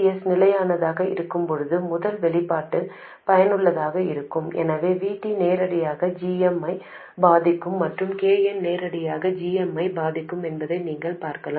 VGS நிலையானதாக இருக்கும்போது முதல் வெளிப்பாடு பயனுள்ளதாக இருக்கும் எனவே Vt நேரடியாக gm ஐ பாதிக்கும் மற்றும் kn நேரடியாக gm ஐ பாதிக்கும் என்பதை நீங்கள் பார்க்கலாம்